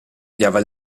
odiava